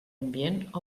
ambient